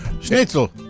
Schnitzel